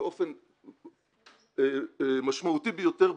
באופן משמעותי ביותר,